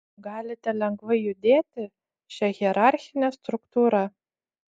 galite lengvai judėti šia hierarchine struktūra